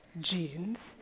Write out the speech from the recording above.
jeans